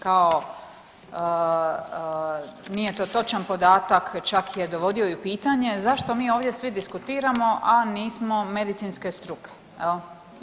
Kao, nije to točan podatak, čak je dovodio i u pitanje zašto mi ovdje svi diskutiramo, a nismo medicinske struke, je li?